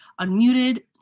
unmuted